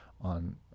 on